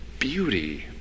Beauty